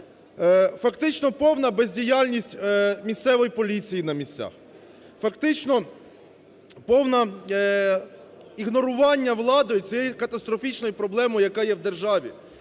Фактично повна бездіяльність місцевої поліції на місцях. Фактично повне ігнорування владою цієї катастрофічної проблеми, яка є в державі.